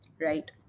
right